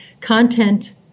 content –